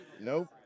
Nope